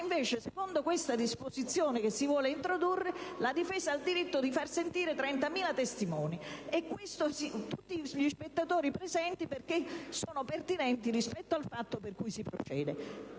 invece, secondo questa disposizione che si vuole introdurre, la difesa ha il diritto di far sentire 30.000 testimoni, tutti gli spettatori presenti, perché sono pertinenti rispetto al fatto per cui si procede.